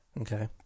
Okay